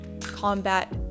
combat